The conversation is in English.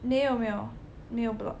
没有没有没有 blot